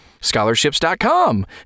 Scholarships.com